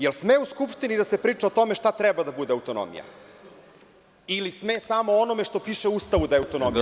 Da li sme u Skupštini da se priča o tome šta treba da bude autonomija ili sme samo o onome što piše u Ustavu da je autonomija?